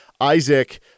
Isaac